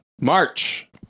March